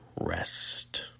Rest